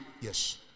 Yes